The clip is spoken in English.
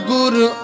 Guru